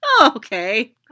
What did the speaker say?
okay